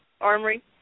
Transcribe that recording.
armory